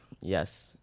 Yes